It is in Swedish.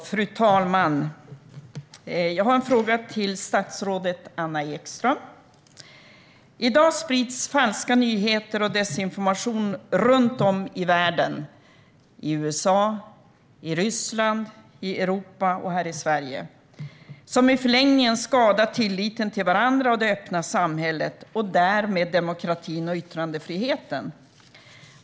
Fru talman! Jag har en fråga till statsrådet Anna Ekström. I dag sprids falska nyheter och desinformation runt om i världen. Det sker i USA, Ryssland, Europa och här i Sverige. Det skadar i förlängningen tilliten till varandra och det öppna samhället och därmed demokratin och yttrandefriheten.